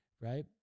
right